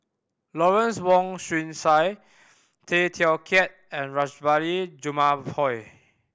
Lawrence Wong Shyun Tsai Tay Teow Kiat and Rajabali Jumabhoy